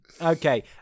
Okay